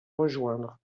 rejoindre